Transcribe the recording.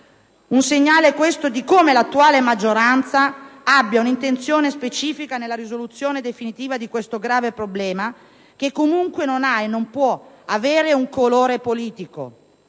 un segnale di come l'attuale maggioranza abbia una intenzione specifica nella risoluzione definitiva di questo grave problema, che comunque non ha e non può avere un colore politico.